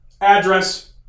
address